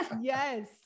Yes